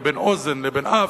לאוזן ולאף,